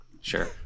Sure